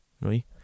right